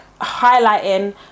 highlighting